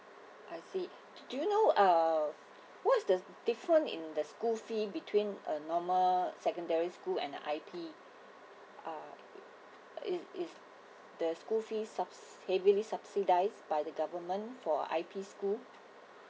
I see do you know uh what is the different in the school fee between a normal secondary school and a I_P uh if if the school fees sub~ maybe subsidized by the government for I_P school